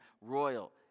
royal